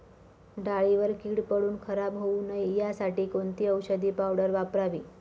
डाळीवर कीड पडून खराब होऊ नये यासाठी कोणती औषधी पावडर वापरावी?